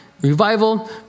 Revival